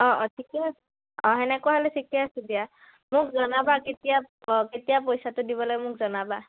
অঁ অঁ ঠিকে আছে অঁ সেনেকুৱা হ'লে ঠিকে আছোঁ দিয়া মোক জনাবা কেতিয়া অঁ কেতিয়া পইচাটো দিব লাগে মোক জনাবা